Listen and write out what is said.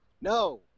No